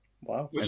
Wow